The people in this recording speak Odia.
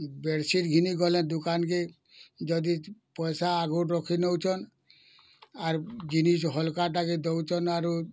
ବେଡ଼୍ସିଟ୍ ଘିନି ଗଲା ଦୁକାନ୍ କେ ଯଦି ପଇସା ଆଗୁର୍ ରଖି ନଉଛନ୍ ଆରୁ ଜିନିଷ୍ ହଲ୍କାଟା ଦଉଛନ ଆରୁ